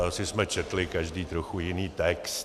Asi jsme četli každý trochu jiný text.